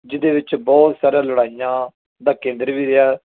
ਜਿਹਦੇ ਵਿੱਚ ਬਹੁਤ ਸਾਰੀਆਂ ਲੜਾਈਆਂ ਦਾ ਕੇਂਦਰ ਵੀ ਰਿਹਾ